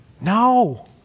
No